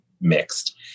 mixed